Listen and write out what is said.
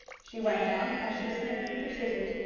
she went on, as she snipped, with her scissors,